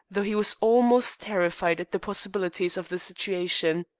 though he was almost terrified at the possibilities of the situation.